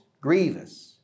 grievous